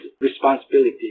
responsibility